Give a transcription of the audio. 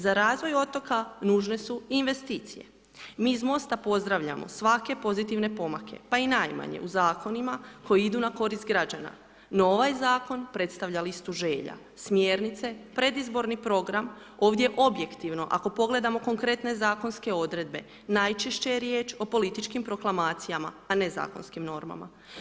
Za razvoj otoka nužne su investicije, mi iz MOST-a pozdravljamo svake pozitivne pomake pa i najmanje u zakonima koji idu na korist građana no ovaj zakon predstavlja listu želja, smjernice predizborni program ovdje objektivno ako pogledamo konkretne zakonske odredbe najčešće je riječ o političkim proklamacijama a ne zakonskim normama.